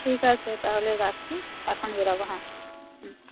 ঠিক আছে তাহলে রাখি এখন বেরোব হ্যাঁ হুম